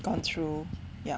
gone through